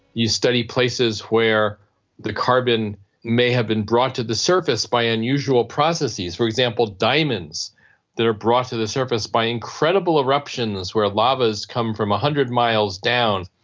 you study places where the carbon may have been brought to the surface by unusual processes, for example diamonds that are brought to the surface by incredible eruptions where lava has come from one hundred miles down.